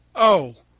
oh,